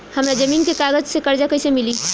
हमरा जमीन के कागज से कर्जा कैसे मिली?